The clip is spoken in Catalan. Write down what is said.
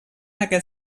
aquest